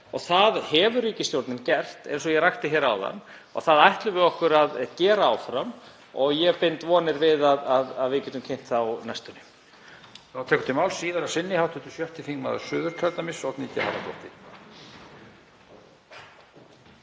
Það hefur ríkisstjórnin gert eins og ég rakti hér áðan, og það ætlum við okkur að gera áfram. Ég bind vonir við að við getum kynnt það á næstunni.